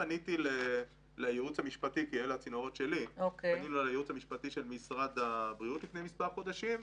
כשפניתי לייעוץ המשפטי של משרד הבריאות לפני מספר חודשים,